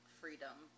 freedom